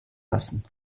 lassen